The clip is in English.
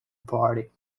party